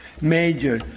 major